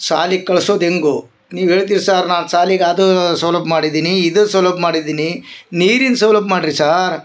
ಸಾಲಿಗ ಕಳ್ಸೋದು ಹೆಂಗೊ ನೀವು ಹೇಳಿದ್ರಿ ಸಾರ್ ನಾವು ಸಾಲೀಗ ಅದೂ ಸೌಲಭ್ಯ ಮಾಡಿದೀನಿ ಇದು ಸೌಲಭ್ಯ ಮಾಡಿದೀನಿ ನೀರಿನ ಸೌಲಭ್ಯ ಮಾಡ್ರಿ ಸಾರ್